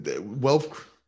wealth